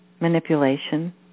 manipulation